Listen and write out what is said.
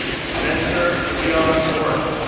spencer leon borwick,